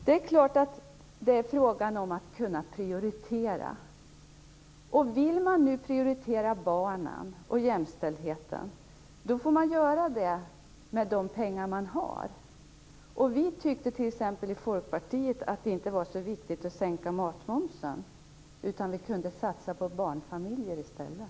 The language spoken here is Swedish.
Det är klart att det är fråga om att kunna prioritera. Om man nu vill prioritera barnen och jämställdheten får man göra det med de pengar man har. Vi tyckte t.ex. i Folkpartiet att det inte var så viktigt att sänka matmomsen, utan att man kunde satsa på barnfamiljer i stället.